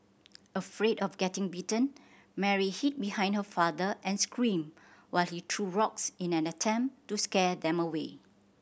afraid of getting bitten Mary hid behind her father and screamed while he threw rocks in an attempt to scare them away